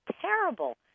terrible